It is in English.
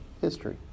History